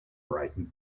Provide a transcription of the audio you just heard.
brighton